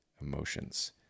emotions